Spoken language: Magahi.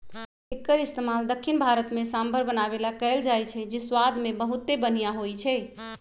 एक्कर इस्तेमाल दख्खिन भारत में सांभर बनावे ला कएल जाई छई जे स्वाद मे बहुते बनिहा होई छई